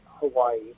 Hawaii